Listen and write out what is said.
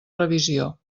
revisió